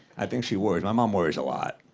i think she worries. my mom worries a lot.